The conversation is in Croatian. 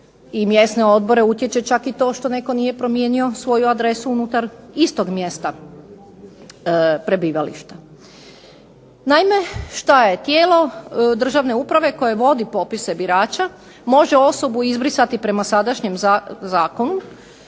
i mjesne odbore utječe čak i to što netko nije promijenio svoju adresu unutar istog mjesta prebivališta. Naime, šta je tijelo državne uprave koje vodi popise birača može osobu izbrisati prema sadašnjem zakonu,